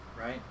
right